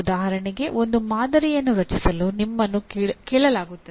ಉದಾಹರಣೆಗೆ ಒಂದು ಮಾದರಿಯನ್ನು ರಚಿಸಲು ನಿಮ್ಮನ್ನು ಕೇಳಲಾಗುತ್ತದೆ